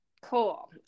Cool